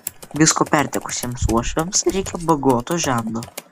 visko pertekusiems uošviams reikia bagoto žento